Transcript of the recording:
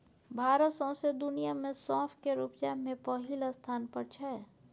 भारत सौंसे दुनियाँ मे सौंफ केर उपजा मे पहिल स्थान पर छै